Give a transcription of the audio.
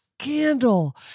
scandal